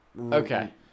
Okay